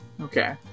Okay